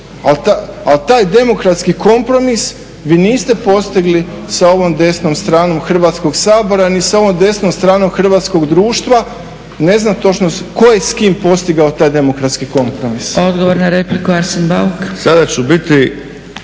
Ali taj demokratski kompromis vi niste postigli sa ovom desnom stranom Hrvatskog sabora, ni sa ovom desnom stranom hrvatskog društva, ne znam točno ko je s kim postigao taj demokratski kompromis. **Zgrebec, Dragica (SDP)**